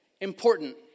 important